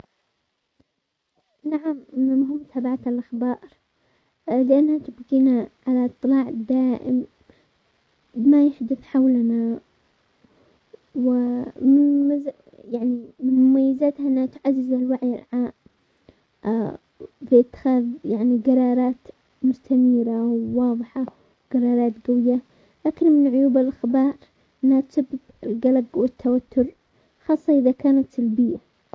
نعم من المهم متابعة الاخبار، لانها تبقينا على اطلاع دائم بما يحدث حولنا، ومن م- يعني من مميزاتها انها تعزز الوعي العام باتخاذ يعني قرارات مستنيرة وواضحة وقرارات قوية، لكن من عيوب الاخبار انها تسبب القلق والتوتر خاصة اذا كانت سلبية.